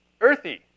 earthy